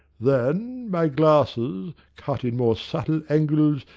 then, my glasses cut in more subtle angles,